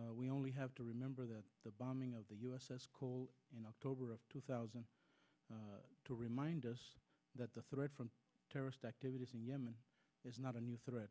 havens we only have to remember that the bombing of the u s s cole in october of two thousand and to remind us that the threat from terrorist activities in yemen is not a new threat